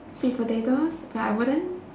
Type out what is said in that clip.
sweet potatoes but I wouldn't